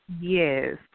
Yes